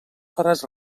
faràs